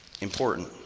important